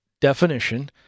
definition